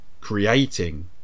creating